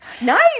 nice